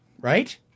Right